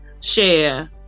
share